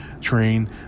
train